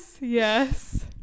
yes